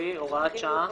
שעה),